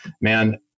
man